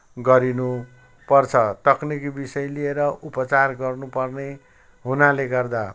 गरिनुपर्छ तकनिकी विषय लिएर उपचार गर्नपर्ने हुनाले गर्दा